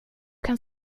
kan